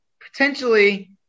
potentially